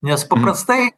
nes paprastai